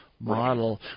model